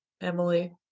Emily